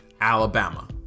Alabama